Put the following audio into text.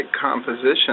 composition